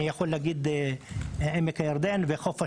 אני יכול להגיד עמק הירדן וחוף השרון.